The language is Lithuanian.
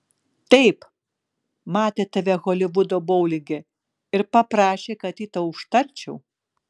taip matė tave holivudo boulinge ir paprašė kad jį tau užtarčiau